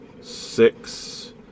six